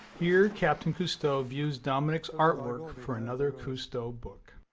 here, captain cousteau views dominique's artwork for another cousteau book.